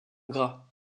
gras